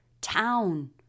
town